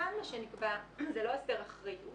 כאן נקבע לא הסדר אחריות